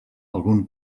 algun